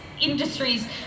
industries